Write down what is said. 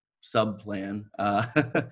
sub-plan